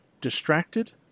distracted